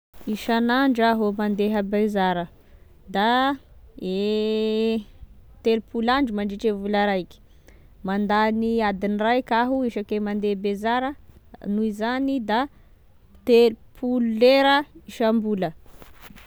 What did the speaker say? Isanandro aho mandeha bezara, da e telopolo andro mandritry e vola raiky, mandany adiny raika aho isake mandeha bezara, noho izany da telopolo lera isam-bola.